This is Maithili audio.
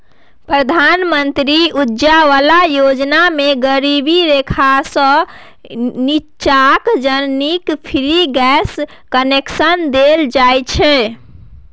प्रधानमंत्री उज्जवला योजना मे गरीबी रेखासँ नीच्चाक जनानीकेँ फ्री गैस कनेक्शन देल जाइ छै